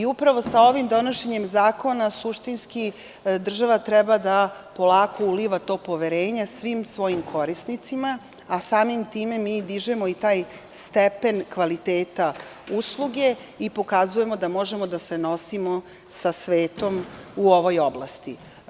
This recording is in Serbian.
Sa donošenjem ovog zakona država treba polako da uliva to poverenje svim svojim korisnicima, samim tim dižemo i taj stepen kvaliteta usluga i pokazujemo da možemo da se nosimo sa svetom u ovoj oblasti.